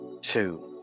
Two